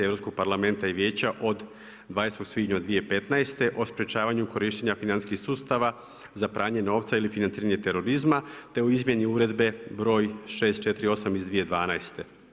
Europskog parlamenta i vijeća od 20. svibnja 2015. o sprječavanju korištenja financijskih sustava za pranje novca ili financiranje terorizma, te o izmjeni Uredbe broj 648 iz 2012.